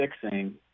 fixing